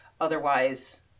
otherwise